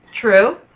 True